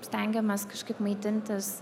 stengiamės kažkaip maitintis